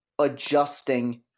adjusting